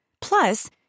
Plus